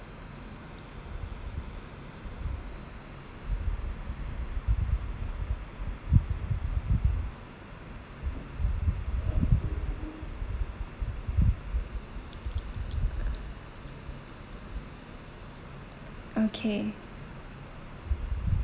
okay